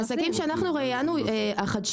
העסקים החדשניים שאנחנו ראיינו נוסעים